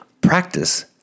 practice